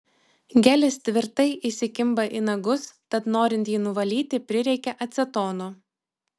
gelis tvirtai įsikimba į nagus tad norint jį nuvalyti prireikia acetono